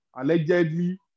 allegedly